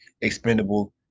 expendable